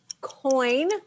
coin